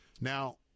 Now